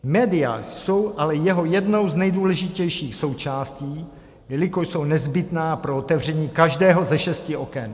Média jsou ale jeho jednou z nejdůležitějších součástí, jelikož jsou nezbytná pro otevření každého ze šesti oken.